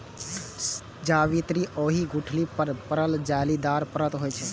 जावित्री ओहि गुठली पर पड़ल जालीदार परत होइ छै